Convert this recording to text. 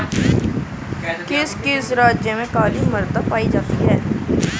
किस किस राज्य में काली मृदा पाई जाती है?